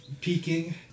peaking